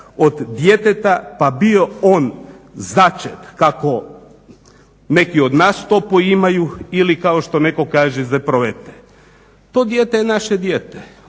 od djeteta pa bio on začet kako neki od nas to poimaju ili kao što neko kaže iz epruvete. To dijete je naše dijete,